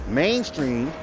mainstream